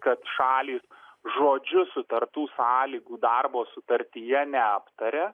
kad šalys žodžiu sutartų sąlygų darbo sutartyje neaptaria